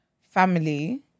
family